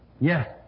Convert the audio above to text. Yes